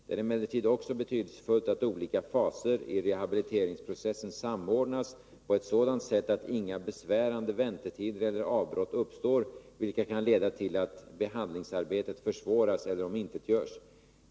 Det är emellertid också betydelsefullt att olika faser i rehabiliteringsprocessen samordnas på ett sådant sätt att inga besvärande väntetider eller avbrott uppstår vilka kan leda till att behandlingsarbetet försvåras eller omintetgörs.